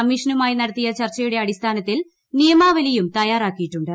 കമ്മീഷനുമായി നടത്തിയ ചർച്ചയുടെ അടിസ്ഥാനത്തിൽ നിയമാവലിയും തയ്യാറാക്കിയിട്ടുണ്ട്